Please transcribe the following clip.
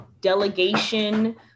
delegation